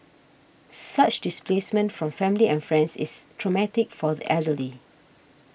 such displacement from family and friends is traumatic for the elderly